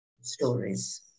stories